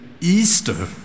Easter